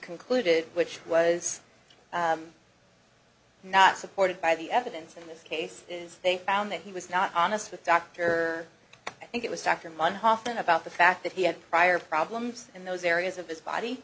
concluded which was not supported by the evidence in this case is they found that he was not honest with dr i think it was dr month often about the fact that he had prior problems in those areas of his body